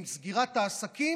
עם סגירת העסקים,